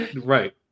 Right